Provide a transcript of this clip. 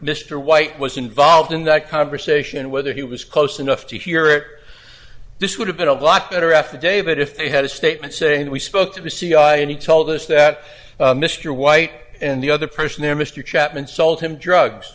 mr white was involved in that conversation whether he was close enough to hear it this would have been a lot better affidavit if they had a statement saying we spoke to the c i and he told us that mr white and the other person there mr chapman sold him drugs